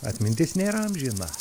atmintis nėra amžina